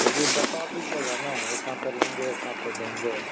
पहले बता दीजिएगा न एक हाँते लेंगे एक हाँते देंगे